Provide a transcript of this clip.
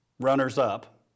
runners-up